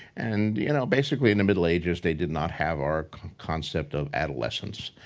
and you know basically in the middle ages, they did not have our concept of adolescence,